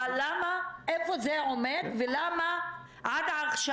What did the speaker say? איפה זה עומד ולמה עד עכשיו?